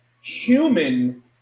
human